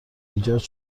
ایجاد